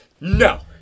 No